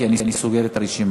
כי אני סוגר את הרשימה.